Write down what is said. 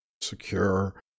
secure